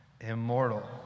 Immortal